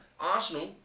Arsenal